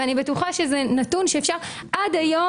ואני בטוחה שזה נתון עד היום,